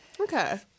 Okay